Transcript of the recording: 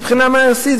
ומבחינה מעשית,